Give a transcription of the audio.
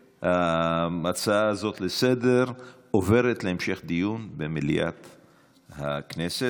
ההצעה הזאת לסדר-היום עוברת להמשך דיון במליאת הכנסת.